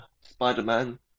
Spider-Man